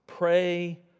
Pray